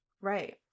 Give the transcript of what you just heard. right